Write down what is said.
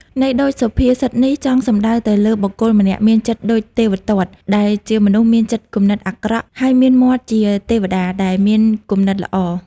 ន័យដូចសុភាសិតនេះចង់សំដៅទៅលើបុគ្គលម្នាក់ មានចិត្តដូចទេវទត្ត ដែលជាមនុស្សមានចិត្តគំនិតអាក្រក់ ហើយមានមាត់ជាទេព្តាដែលមានគំនិតល្អ។